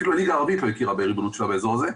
אפילו הליגה הערבית לא הכירה בריבונות שלה בהסדר הזה,